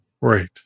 Right